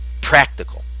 practical